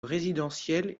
résidentielle